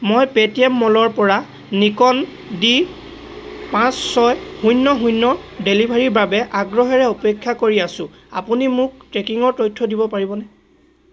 মই পেটিএম মলৰপৰা Nikon D পাঁচ ছয় শূন্য শূন্য ডেলিভাৰীৰ বাবে আগ্ৰহেৰে অপেক্ষা কৰি আছোঁ আপুনি মোক ট্ৰেকিঙৰ তথ্য দিব পাৰিবনে